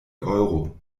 euro